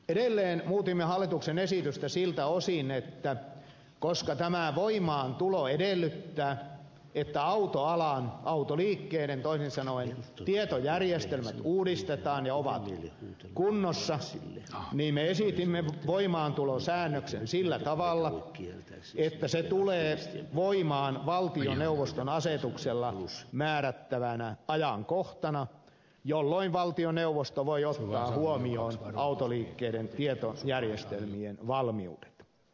edelleen muutimme hallituksen esitystä siltä osin että koska voimaantulo edellyttää että autoalan toisin sanoen autoliikkeiden tietojärjestelmät uudistetaan ja ne ovat kunnossa muutimme hallituksen esitystä siltä osin että esitimme voimaantulosäännöksen sillä tavalla että laki tulee voimaan valtioneuvoston asetuksella määrättävänä ajankohtana jolloin valtioneuvosto voi ottaa huomioon autoliikkeiden tietojärjestelmien valmiudet